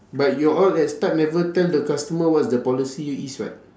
but you all at start never tell the customer what's the policy is [what]